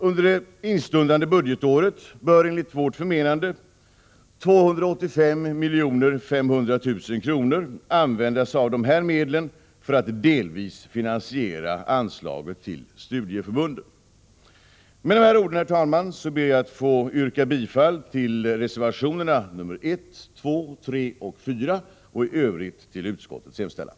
Under det instundande budgetåret bör enligt vårt förmenande 285 500 000 kr. användas av dessa medel för att delvis finansiera anslaget till studieförbunden. Med dessa ord, herr talman, ber jag att få yrka bifall till reservationerna 1, 2, 3 och 4 samt i övrigt till utskottets hemställan.